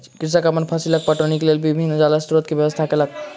कृषक अपन फसीलक पटौनीक लेल विभिन्न जल स्रोत के व्यवस्था केलक